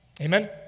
Amen